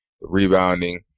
rebounding